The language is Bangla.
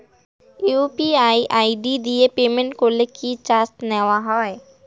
ইউ.পি.আই আই.ডি দিয়ে পেমেন্ট করলে কি চার্জ নেয়া হয়?